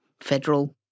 federal